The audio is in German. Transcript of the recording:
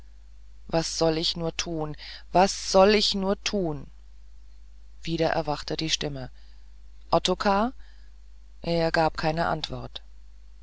was soll ich nur tun was soll ich nur tun wieder erwachte die stimme ottokar er gab keine antwort